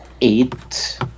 eight